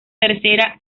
tercera